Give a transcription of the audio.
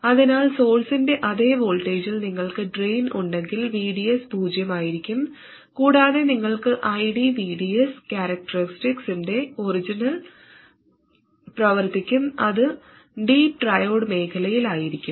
അതിനാൽ സോഴ്സിന്റെ അതേ വോൾട്ടേജിൽ നിങ്ങൾക്ക് ഡ്രെയിൻ ഉണ്ടെങ്കിൽ VDS പൂജ്യമായിരിക്കും കൂടാതെ നിങ്ങൾ ID VDS കാരക്ടറിസ്റ്റിക്സിന്റെ ഒറിജിനിൽ പ്രവർത്തിക്കും അത് ഡീപ് ട്രയോഡ് മേഖലയിലായിരിക്കും